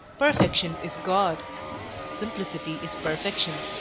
perfection is god simplicity is perfection.